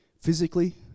Physically